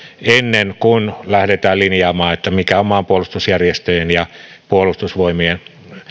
ennen kuin lähdetään linjaamaan mikä on maanpuolustusjärjestöjen ja puolustusvoimien